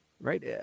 right